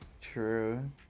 True